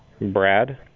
Brad